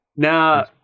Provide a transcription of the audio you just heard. Now